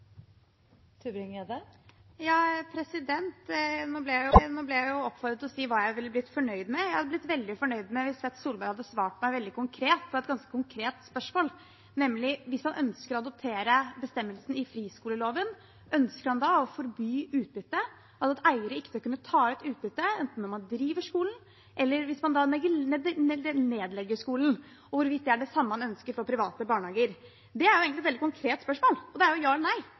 Jeg ble oppfordret til å si hva jeg ville blitt fornøyd med. Jeg ville blitt veldig fornøyd hvis Tvedt Solberg hadde svart meg veldig konkret på et ganske konkret spørsmål. Nemlig: Hvis han ønsker å adoptere bestemmelsen i friskoleloven, ønsker han da å forby utbytte, altså at eiere ikke skal kunne ta ut utbytte, enten man driver skolen eller man nedlegger skolen? Hvorvidt er det det samme han ønsker for private barnehager? Det er egentlig et veldig konkret spørsmål. Det er ja eller nei.